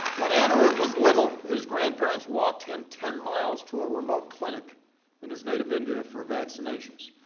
when anarudh was little, his grandparents walked him ten miles to a remote clinic in his native india for vaccinations,